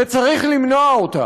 ומצערת וצריך למנוע אותה.